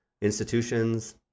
institutions